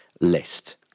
list